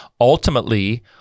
Ultimately